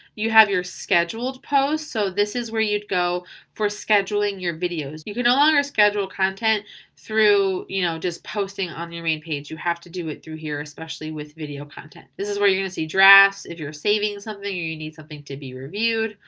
you have your scheduled posts. so this is where you'd go for scheduling your videos. you can no longer schedule content through, you know, just posting on your main page, you have to do it through here, especially with video content. this is where you're gonna see drafts, if you're saving something or you need something to be reviewed.